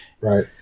right